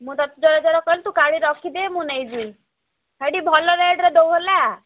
ମୁଁ ତତେ କହିଲି ତୁ କାଢ଼ିକି ରଖିଦେ ମୁଁ ନେଇଯିବି ହେଇଟି ଭଲ ରେଟ୍ରେ ଦେବୁ ହେଲା